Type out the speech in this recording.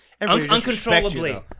uncontrollably